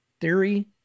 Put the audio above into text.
theory